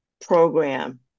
program